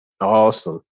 Awesome